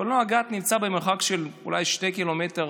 קולנוע גת נמצא במרחק של אולי 2 קילומטר